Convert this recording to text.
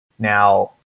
Now